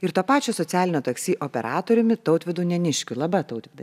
ir to pačio socialinio taksi operatoriumi tautvydu neniškiu laba tautvydai